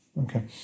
Okay